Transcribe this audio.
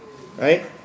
right